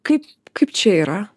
kaip kaip čia yra